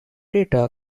data